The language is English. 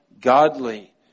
godly